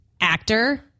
actor